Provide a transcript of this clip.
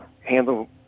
handle